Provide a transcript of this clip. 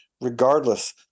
regardless